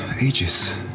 ages